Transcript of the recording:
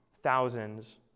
thousands